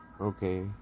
Okay